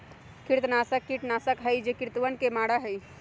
कृंतकनाशक कीटनाशक हई जो कृन्तकवन के मारा हई